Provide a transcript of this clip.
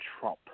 trump